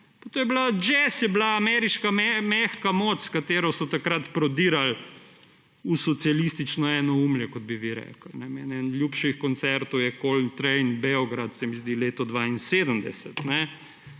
na levi – jazz je bil ameriška mehka moč, s katero so takrat prodirali v socialistično enoumje, kot bi vi rekli. Meni eden ljubših koncertov je Coltrane, Beograd, se mi zdi, da leto 1972.